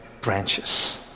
branches